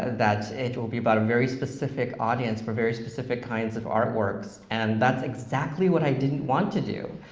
that it will be about a very specific audience for very specific kinds of art works, and that's exactly what i didn't want to do.